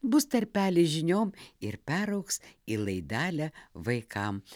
bus tarpelis žiniom ir peraugs į laidelę vaikam